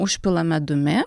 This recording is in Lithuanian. užpila medumi